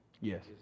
Yes